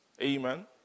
Amen